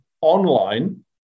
online